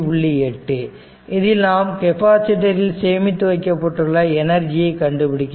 8 இதில் நாம் கெப்பாசிட்டரில் சேமித்து வைக்கப்பட்டுள்ள எனர்ஜியை கண்டுபிடிக்க வேண்டும்